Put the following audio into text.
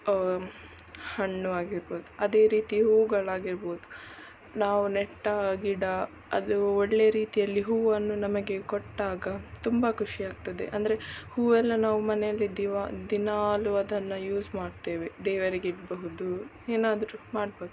ಹಣ್ಣು ಆಗಿರ್ಬೋದು ಅದೇ ರೀತಿ ಹೂವುಗಳಾಗಿರ್ಬೋದು ನಾವು ನೆಟ್ಟ ಗಿಡ ಅದು ಒಳ್ಳೆ ರೀತಿಯಲ್ಲಿ ಹೂವನ್ನು ನಮಗೆ ಕೊಟ್ಟಾಗ ತುಂಬ ಖುಷಿಯಾಗ್ತದೆ ಅಂದರೆ ಹೂವೆಲ್ಲ ನಾವು ಮನೆಯಲ್ಲಿ ದಿವಾ ದಿನಾಲೂ ಅದನ್ನು ಯೂಸ್ ಮಾಡ್ತೇವೆ ದೇವರಿಗೆ ಇಡಬಹುದು ಏನಾದ್ರೂ ಮಾಡ್ಬೋದು